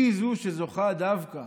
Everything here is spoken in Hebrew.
היא שזוכה דווקא